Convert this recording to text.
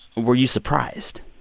were you surprised?